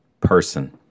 person